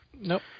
Nope